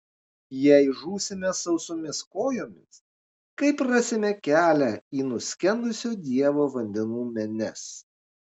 jei žūsime sausomis kojomis kaip rasime kelią į nuskendusio dievo vandenų menes